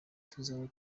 tuzaba